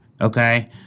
okay